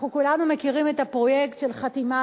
אנחנו כולנו מכירים את הפרויקט של חתימה